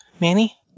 Manny